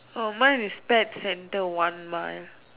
orh mine is pet center one mile